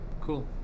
cool